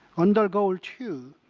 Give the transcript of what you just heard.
under goal two,